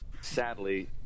Sadly